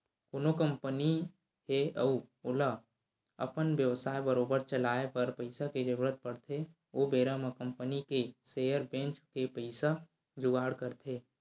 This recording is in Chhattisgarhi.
कोनो कंपनी हे अउ ओला अपन बेवसाय बरोबर चलाए बर पइसा के जरुरत पड़थे ओ बेरा अपन कंपनी के सेयर बेंच के पइसा जुगाड़ करथे